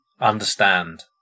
understand